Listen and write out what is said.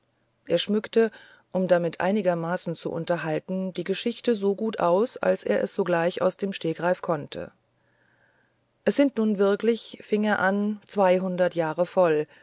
er schmückte um damit einigermaßen zu unterhalten die geschichte so gut aus als er es sogleich aus dem stegreif konnte heinrich zschokke es sind nun wirklich fing er an zweihundert jahre voll